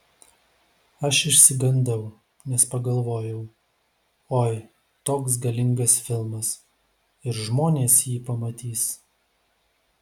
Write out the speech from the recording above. aš išsigandau nes pagalvojau oi toks galingas filmas ir žmonės jį pamatys